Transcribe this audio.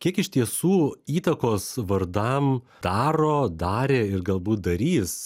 kiek iš tiesų įtakos vardam daro darė ir galbūt darys